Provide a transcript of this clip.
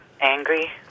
Angry